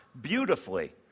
beautifully